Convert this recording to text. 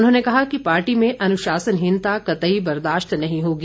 उन्होंने कहा कि पार्टी में अनुशासनहीनता कतई बर्दाश्त नहीं होगी